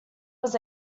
was